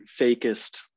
fakest